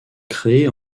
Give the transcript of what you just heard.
créées